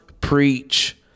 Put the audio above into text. preach